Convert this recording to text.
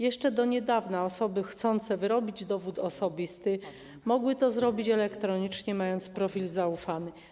Jeszcze do niedawna osoby chcące wyrobić dowód osobisty mogły to zrobić elektronicznie, gdy miały profil zaufany.